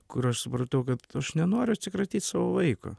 kur aš supratau kad aš nenoriu atsikratyt savo vaiko